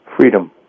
Freedom